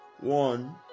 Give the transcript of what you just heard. one